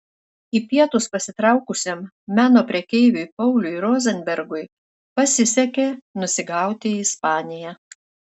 į pietus pasitraukusiam meno prekeiviui pauliui rozenbergui pasisekė nusigauti į ispaniją